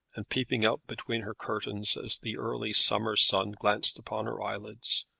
and, peeping out between her curtains as the early summer sun glanced upon her eyelids,